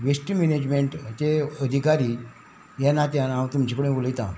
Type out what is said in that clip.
waste मॅनेजमेंटाचे अधिकारी हे नात्यान हांव तुमचे कडेन उलयतां